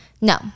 No